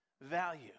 value